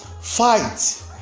Fight